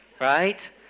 right